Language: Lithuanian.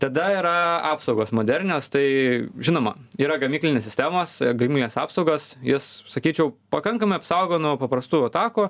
tada yra apsaugos modernios tai žinoma yra gamyklinės sistemos gamyklinės apsaugos jos sakyčiau pakankamai apsaugo nuo paprastų atakų